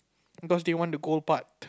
because they want the gold part